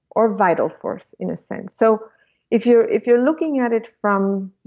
or vital force in a sense. so if you're if you're looking at it from